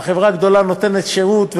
והחברה הגדולה נותנת שירות,